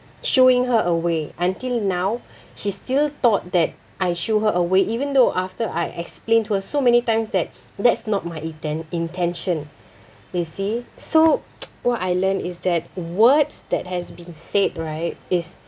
shooing her away until now she still thought that I shoo her away even though after I explain to her so many times that that's not my inten~ intention you see so what I learned is that words that has been said right is